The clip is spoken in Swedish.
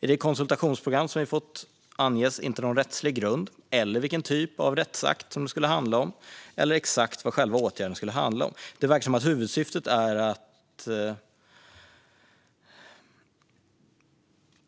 I det konsultationsdokument som vi fått anges inte någon rättslig grund, vilken typ av rättsakt det skulle handla om eller exakt vad själva åtgärden skulle handla om.